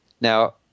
now